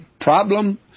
problem